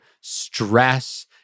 stress